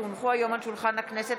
כי הונחו היום על שולחן הכנסת,